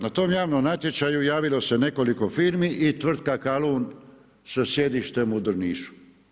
Na tom javnom natječaju javilo se nekoliko firmi i Tvrtka Kalun sa sjedištem u Drnišu.